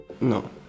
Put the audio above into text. No